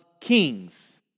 kings